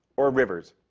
or rivers.